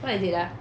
what is it ah